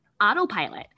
autopilot